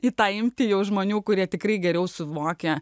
į tą imti jo žmonių kurie tikrai geriau suvokia